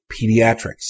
pediatrics